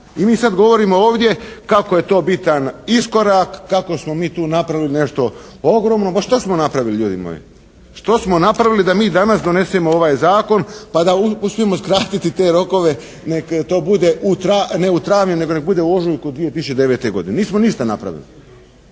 i mi sad govorimo ovdje kako je to bitan iskorak, kako smo mi tu napravili nešto ogromno. Ma šta smo napravili ljudi moji? Što smo napravili da mi danas donesemo ovaj Zakon pa da uspijemo skratiti te rokove, nek to bude u travnju, ne u travnju, nego nek bude u ožujku 2009. godine. Nismo ništa napravili.